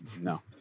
no